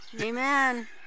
Amen